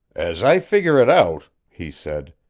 as i figure it out, he said,